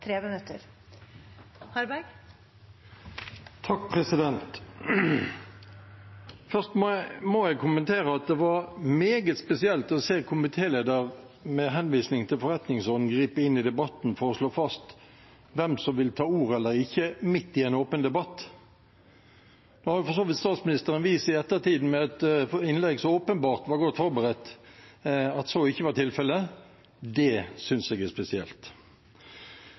må jeg kommentere at det var meget spesielt å se komitélederen – med henvisning til forretningsordenen – gripe inn i debatten for å slå fast hvem som vil ta ordet eller ikke, midt i en åpen debatt. Nå har jo for så vidt statsministeren vist i ettertid – med et innlegg som åpenbart var godt forberedt – at så ikke var tilfelle. Det synes jeg er